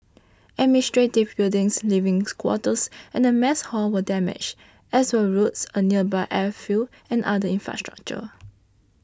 administrative buildings livings quarters and a mess hall were damaged as were roads a nearby airfield and other infrastructure